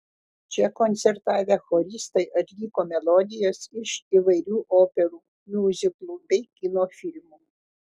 čia koncertavę choristai atliko melodijas iš įvairių operų miuziklų bei kino filmų